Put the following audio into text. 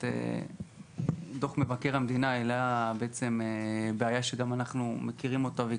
באמת דוח מבקר המדינה העלה בעיה שגם אנחנו מכירים אותה והיא